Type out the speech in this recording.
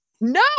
No